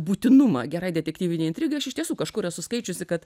būtinumą gerai detektyvinei intrigai aš iš tiesų kažkur esu skaičiusi kad